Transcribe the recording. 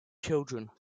children